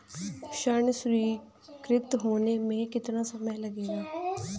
ऋण स्वीकृत होने में कितना समय लगेगा?